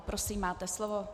Prosím, máte slovo.